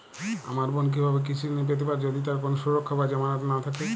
আমার বোন কীভাবে কৃষি ঋণ পেতে পারে যদি তার কোনো সুরক্ষা বা জামানত না থাকে?